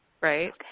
right